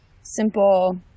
simple